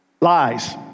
Lies